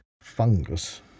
fungus